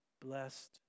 blessed